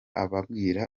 ababwira